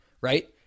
right